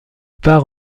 part